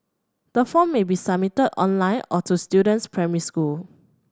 the form may be submitted online or to the student's primary school